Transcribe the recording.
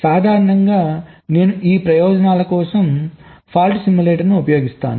సాధారణంగా నేను ఈ ప్రయోజనాల కోసం తప్పు సిమ్యులేటర్ను ఉపయోగిస్తాను